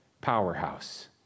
powerhouse